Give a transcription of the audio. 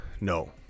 No